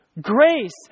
grace